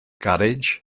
garej